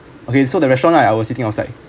okay so the restaurant right I was sitting outside